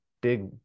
big